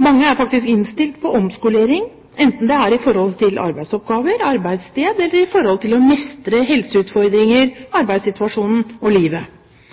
Mange er faktisk innstilt på omskolering, enten det er i forhold til arbeidsoppgaver, arbeidssted eller i forhold til å mestre helseutfordringer, arbeidssituasjonen og livet.